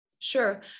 Sure